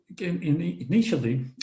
Initially